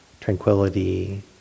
tranquility